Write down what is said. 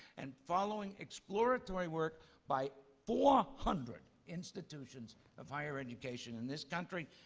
and following exploratory work by four hundred institutions of higher education in this country,